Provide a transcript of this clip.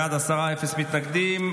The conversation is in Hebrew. בעד, עשרה, אפס מתנגדים.